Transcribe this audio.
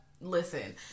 listen